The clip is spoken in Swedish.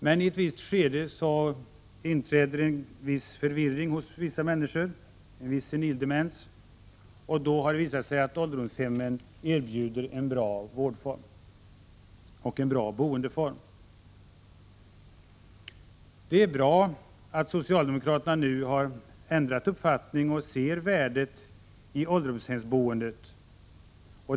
Men i ett senare skede inträder hos många en viss förvirring, senil demens, och då har ålderdomshemmen visat sig erbjuda en bra boendeform. Det är bra att socialdemokraterna nu har ändrat uppfattning och ser värdet i ålderdomshemsboendet.